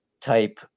type